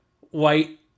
white